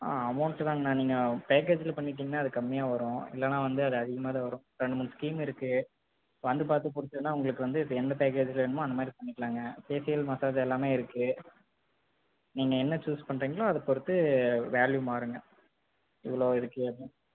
amount தான்ங்கண்ணா நீங்கள் பேக்கேஜில் பண்ணிக்கிட்டிங்க அது கம்மியாக வரும் இல்லைனா வந்து அது அதிகமாக தான் வரும் ரெண்டு மூணு ஸ்கீம் இருக்குது வந்து பார்த்து பிடிச்சதுனா உங்களுக்கு வந்த எந்த பேக்கேஜில் வேணுமோ அந்தமாதிரி பண்ணிக்கலாம்ங்க பேஷியல் மஜாஜ் எல்லாம் இருக்குது நீங்கள் என்ன சூஸ் பண்ணுறீங்களோ அதைப் பொருத்து வேல்யூ மாறும்ங்க இவ்வளோ இதுக்கு என்ன